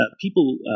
People